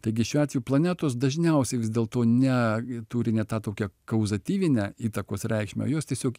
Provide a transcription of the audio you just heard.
taigi šiuo atveju planetos dažniausiai vis dėlto ne turi ne tą tokią kauzatyvinę įtakos reikšmę jos tiesiog